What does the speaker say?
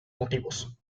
motivos